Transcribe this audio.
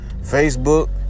Facebook